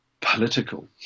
political